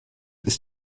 ist